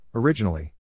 Originally